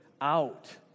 out